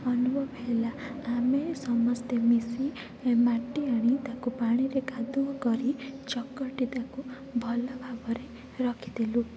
ଅନୁଭବ ହେଲା ଆମେ ସମସ୍ତେ ମିଶି ମାଟି ଆଣି ତାକୁ ପାଣିରେ କାଦୁଅ କରି ଚକଟି ତାକୁ ଭଲ ଭାବରେ ରଖିଥିଲୁ